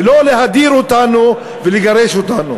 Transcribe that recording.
ולא להדיר אותנו ולגרש אותנו.